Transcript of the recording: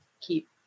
keep